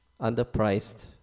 underpriced